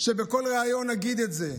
שבכל ריאיון נגיד את זה.